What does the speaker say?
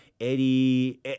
Eddie